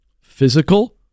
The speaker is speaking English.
Physical